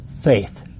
faith